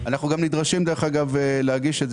אנחנו נדרשים גם להגיש את זה,